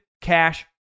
Cash